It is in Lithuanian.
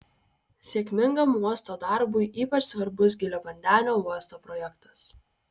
sėkmingam uosto darbui ypač svarbus giliavandenio uosto projektas